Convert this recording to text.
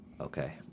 Okay